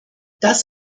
das